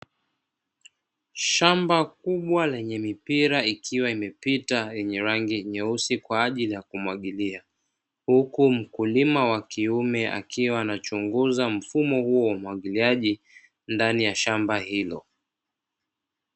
Shamba kubwa lenye mipira ikiwa imepita yenye rangi nyeusi kwaajili ya kumwagilia, huku mkuliwa wa kiume akiwa anachunguza mfumo huo wa umwagiliaji ndani ya shamba hilo.